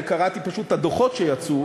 אני קראתי פשוט את הדוחות שיצאו,